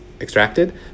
extracted